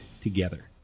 together